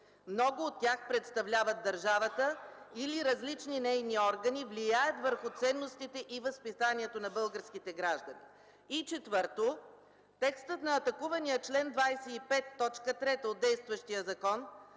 Много от тях представляват държавата или различни нейни органи, влияят върху ценностите и възпитанието на българските граждани. И четвърто, текстът на атакувания чл. 25, т. 3 от действащия закон